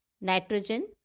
nitrogen